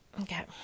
Okay